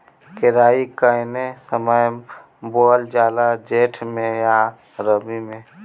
केराई कौने समय बोअल जाला जेठ मैं आ रबी में?